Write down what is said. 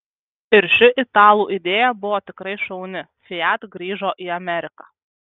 ir ši italų idėja buvo tikrai šauni fiat grįžo į ameriką